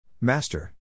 Master